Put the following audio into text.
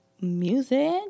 Music